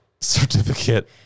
Certificate